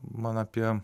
man apie